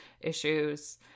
issues